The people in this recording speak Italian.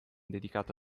dedicato